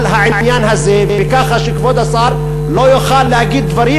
על העניין הזה כך שכבוד השר לא יוכל להגיד דברים,